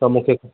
त मूंखे